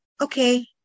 Okay